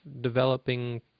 developing